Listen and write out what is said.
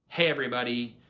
hey everybody,